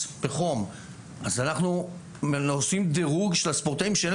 עליו בחום אז אנחנו עושים דירוג של הספורטאים שאין